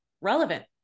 relevant